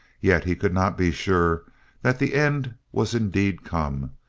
yet he could not be sure that the end was indeed come,